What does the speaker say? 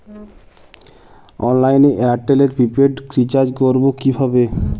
অনলাইনে এয়ারটেলে prepaid recharge করবো কিভাবে?